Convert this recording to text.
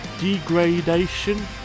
Degradation